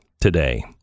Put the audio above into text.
today